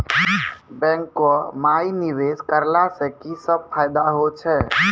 बैंको माई निवेश कराला से की सब फ़ायदा हो छै?